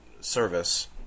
service